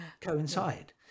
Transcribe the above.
coincide